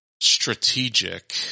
strategic